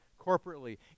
corporately